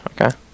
Okay